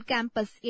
Campus